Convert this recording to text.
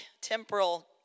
temporal